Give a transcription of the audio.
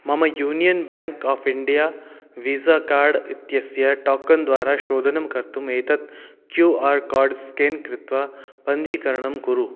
मम Union Bank of India Visa card इत्यस्य टाकन्द्वारा शोधनं कर्तुम् एतत् क्यू आर् काड् स्केन् कृत्वा पञ्जीकरणं कुरु